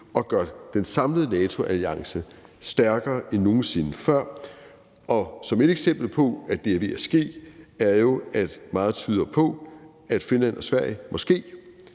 som gør den samlede NATO-alliance stærkere end nogen sinde før. Og et eksempel på, at det er ved at ske, er jo, at meget tyder på, at Finland og Sverige måske